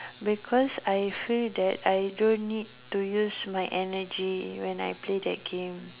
because I feel that I don't need to use my energy when I play that game